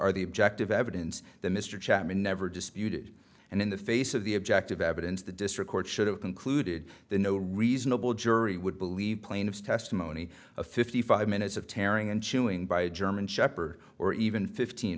are the objective evidence that mr chapman never disputed and in the face of the objective evidence the district court should have concluded the no reasonable jury would believe plaintiff's testimony of fifty five minutes of tearing and chewing by a german shepherd or even fifteen